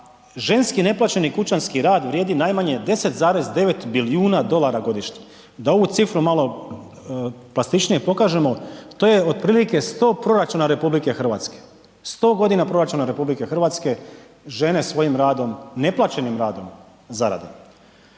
ženski neplaćeni kućanski rad vrijedi najmanje 10,9 bilijuna dolara godišnje, da ovu cifru malo plastičnije pokažemo, to je otprilike 100 proračuna Republike Hrvatske, 100 godina proračuna Republike Hrvatske žene svojim radom, neplaćenim radom zarade.